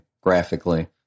graphically